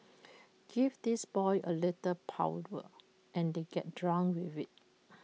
give these boys A little power and they get drunk with IT